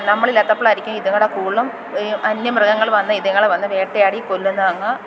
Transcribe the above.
നമ്മളില്ലാത്തപ്പോഴായിരിക്കും ഇതുങ്ങളെ കൂടുതലും അന്യ മൃഗങ്ങൾ വന്നു ഇതുങ്ങളെ വന്നു വേട്ടയാടി കൊല്ലുന്ന അങ്ങ്